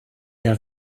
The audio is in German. der